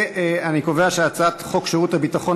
אני קובע שהצעת חוק שירות הביטחון